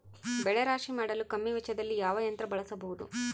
ಬೆಳೆ ರಾಶಿ ಮಾಡಲು ಕಮ್ಮಿ ವೆಚ್ಚದಲ್ಲಿ ಯಾವ ಯಂತ್ರ ಬಳಸಬಹುದು?